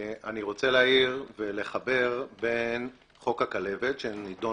אני רוצה להעיר ולחבר בין חוק הכלבת שנדון